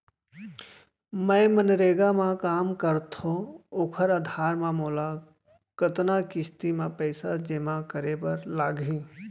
मैं मनरेगा म काम करथो, ओखर आधार म मोला कतना किस्ती म पइसा जेमा करे बर लागही?